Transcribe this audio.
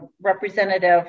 representative